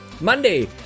Monday